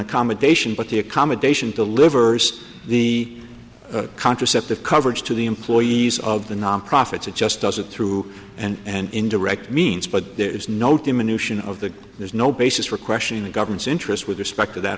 accommodation but the accommodation to live or the contraceptive coverage to the employees of the non profits it just does it through and indirect means but there is no diminution of the there's no basis for question in the government's interest with respect to that